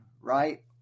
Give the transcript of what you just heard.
right